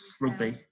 Rugby